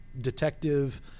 Detective